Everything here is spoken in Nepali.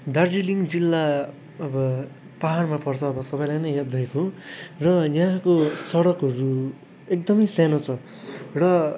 दार्जिलिङ जिल्ला अब पाहाडमा पर्छ अब सबैलाई नै याद भएको र यहाँको सडकहरू एकदमै सानो छ र